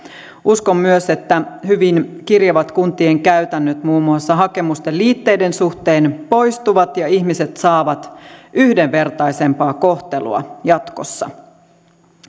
uskon myös että hyvin kirjavat kuntien käytännöt muun muassa hakemusten liitteiden suhteen poistuvat ja ihmiset saavat yhdenvertaisempaa kohtelua jatkossa